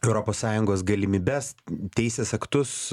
europos sąjungos galimybes teisės aktus